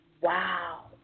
Wow